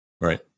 Right